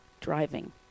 driving